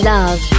Love